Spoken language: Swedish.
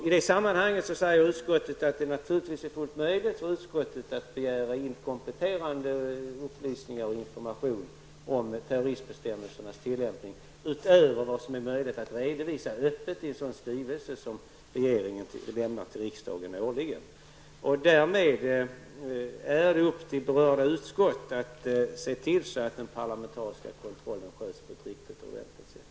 I det sammanhanget säger utskottet att det naturligtvis är fullt möjligt för utskottet att begära in kompletterande upplysningar och information om terroristbestämmelsernas tillämpning utöver vad som är möjligt att redovisa öppet i en sådan skrivelse som regeringen årligen lämnar till riksdagen. Därmed är det upp till berörda utskott att se till att den parlamentariska kontrollen sköts på ett riktigt och ordentligt sätt.